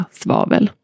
svavel